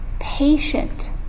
patient